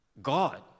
God